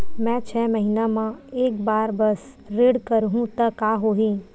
मैं छै महीना म एक बार बस ऋण करहु त का होही?